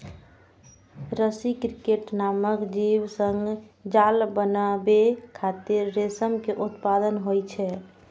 रसी क्रिकेट नामक जीव सं जाल बनाबै खातिर रेशम के उत्पादन होइ छै